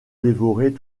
dévorer